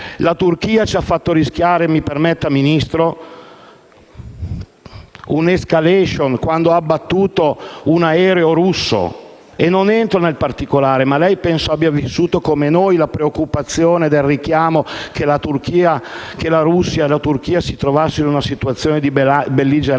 Paese ci ha fatto rischiare un'*escalation* quando ha abbattuto un aereo russo. Non entro nei particolari, ma penso che lei abbia vissuto come noi la preoccupazione del richiamo che la Russia e la Turchia si trovassero in una situazione di belligeranza